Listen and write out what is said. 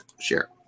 share